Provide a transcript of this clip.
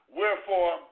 wherefore